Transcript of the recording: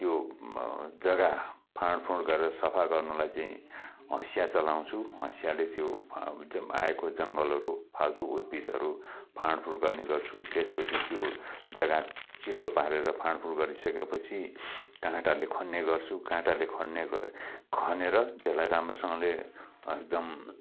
त्यो जग्गा फाँडफुँड गरेर सफा गर्नलाई चाहिँ हँसिया चलाउँछु हँसियाले त्यो आएको जङ्गलहरू फाल्तु उद्भिदहरू फाँडफुँड गर्ने गर्छु त्यसपछि चाहिँ त्यो जग्गा चिल्लो पारेर फाँडफुँड गरिसकेपछि काँटाले खन्ने गर्छु काँटाले खन्ने खनेर त्यसलाई राम्रोसँगले एकदम